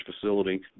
facility